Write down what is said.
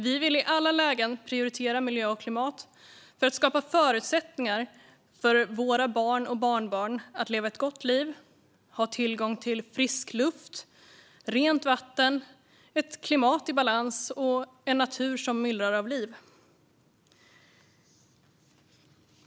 Vi vill i alla lägen prioritera miljö och klimat för att skapa förutsättningar för våra barn och barnbarn att leva ett gott liv, ha tillgång till frisk luft, rent vatten, ett klimat i balans och en natur som myllrar av liv.